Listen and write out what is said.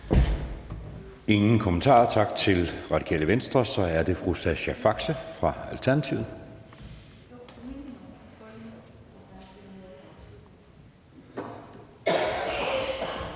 ingen kommentarer. Tak til Radikale Venstres ordfører. Så er det fru Sascha Faxe fra Alternativet.